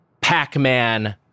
Pac-Man